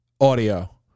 audio